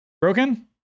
Broken